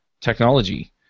technology